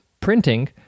printing